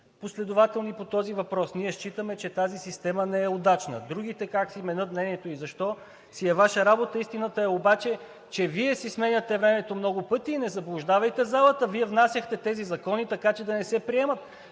последователни по този въпрос. Ние считаме, че тази система не е удачна. Другите как си менят мнението и защо си е Ваша работа. Истината обаче е, че Вие си сменяте мнението много пъти и не заблуждавайте залата. Вие внасяхте тези закони, така че да не се приемат.